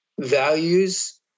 values